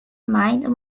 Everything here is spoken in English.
mind